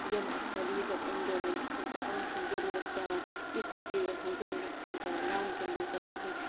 یِم آسان reason enjoyment خٲطرٕ یِمن چھنہٕ ضروٗرت پٮ۪وان یِتھٮ۪ن چیٖزن ہٕنٛز ضروٗرتھ چھنہٕ پٮ۪وان گامکٮ۪ن لوٗکن کِہیٖنۍ